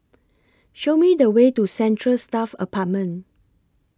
Show Me The Way to Central Staff Apartment